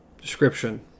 description